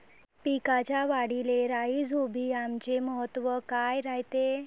पिकाच्या वाढीले राईझोबीआमचे महत्व काय रायते?